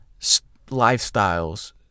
lifestyles